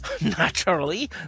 Naturally